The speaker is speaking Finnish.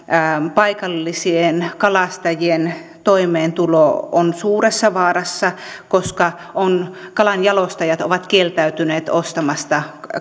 paikallisten kalastajien toimeentulo on suuressa vaarassa koska kalanjalostajat ovat kieltäytyneet ostamasta niitä